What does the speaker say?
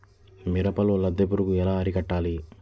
మిరపలో లద్దె పురుగు ఎలా అరికట్టాలి?